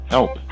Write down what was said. Help